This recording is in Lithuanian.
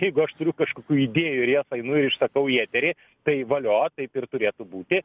jeigu aš turiu kažkokių idėjų ir jas einu ir išsakau į eterį tai valio taip ir turėtų būti